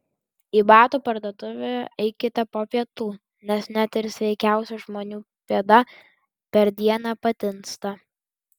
į batų parduotuvę eikite po pietų nes net ir sveikiausių žmonių pėda per dieną patinsta